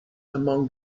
among